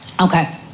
okay